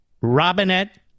Robinette